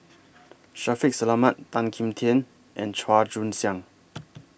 Shaffiq Selamat Tan Kim Tian and Chua Joon Siang